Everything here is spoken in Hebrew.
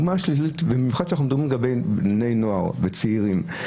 במיוחד שאנחנו מדברים לגבי בני נוער וצעירים,